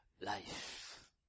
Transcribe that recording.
life